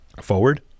forward